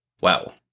Wow